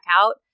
out